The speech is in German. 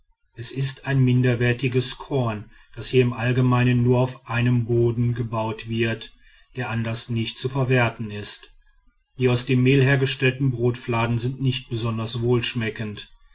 es ist ein minderwertiges korn das hier im allgemeinen nur auf einem boden gebaut wird der anders nicht zu verwerten ist die aus dem mehl hergestellten brotfladen sind nicht besonders wohlschmeckend